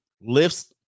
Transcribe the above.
lifts